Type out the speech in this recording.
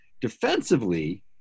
defensively